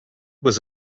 was